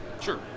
Sure